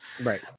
right